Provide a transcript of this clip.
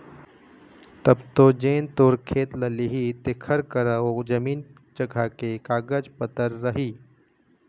तब तो जेन तोर खेत ल लिही तेखर करा ओ जमीन जघा के कागज पतर रही